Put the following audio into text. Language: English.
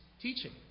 teaching